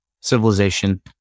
civilization